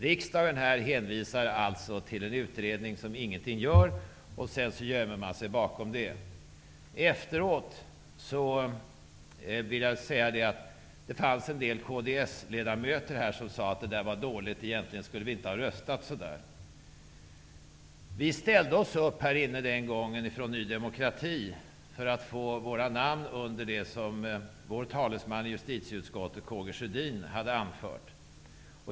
Riksdagen hänvisar alltså till en utredning som ingenting gör, och sedan gömmer man sig bakom det. Jag vill säga att det var en del kds-ledamöter som efteråt sade att det var dåligt och att de egentligen inte skulle ha röstat som de gjorde. Vi från Ny demokrati ställde oss upp här inne den gången för att vi ville sätta våra namn under det som vår talesman i justitieutskottet K G Sjödin hade anfört.